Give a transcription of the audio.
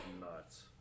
nuts